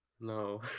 No